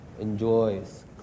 enjoys